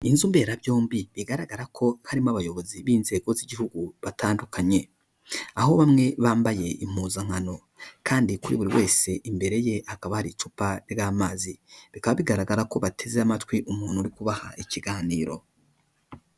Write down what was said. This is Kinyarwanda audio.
Inzu mberabyombi bigaragara ko harimo abayobozi b'inzego z'igihugu batandukanye. Aho bamwe bambaye impuzankano, kandi kuri buri wese imbere ye hakaba hari icupa ry'amazi, bikaba bigaragara ko bateze amatwi umuntu uri kubaha ikiganiro.